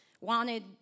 wanted